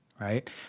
right